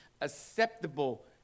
acceptable